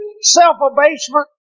self-abasement